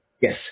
Yes